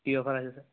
কী offer আছে sir